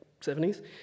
70s